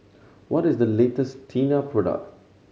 what is the latest Tena product